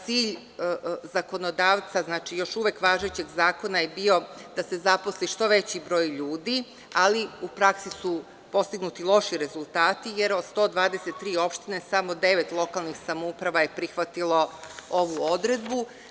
Cilj zakonodavca, još uvek važećeg zakona, je bio da se zaposli što veći broj ljudi, ali u praksi su postignuti loši rezultati, jer od 123 opštine, samo devet lokalnih samouprava je prihvatilo ovu odredbu.